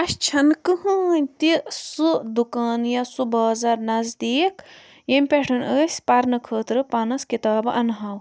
اَسہِ چھنہٕ کٕہٕنۍ تہِ سُہ دُکان یا سُہ بازَر نزدیٖک ییٚمہِ پٮ۪ٹھ أسۍ پَرنہٕ خٲطرٕ پانَس کِتابہٕ اَنہو